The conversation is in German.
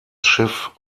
schiff